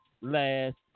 Last